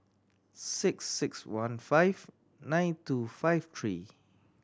six six one five nine two five three